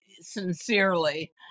sincerely